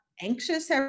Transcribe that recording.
anxious